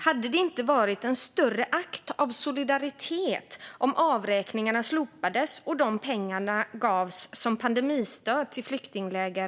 Hade det inte varit en större akt av solidaritet om avräkningarna slopades och de pengarna i stället gavs som pandemistöd till flyktingläger?